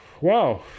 Wow